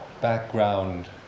background